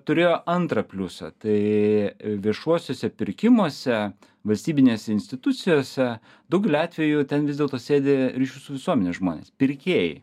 turėjo antrą pliusą tai viešuosiuose pirkimuose valstybinėse institucijose daugeliu atvejų ten vis dėlto sėdi ryšių su visuomene žmonės pirkėjai